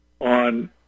on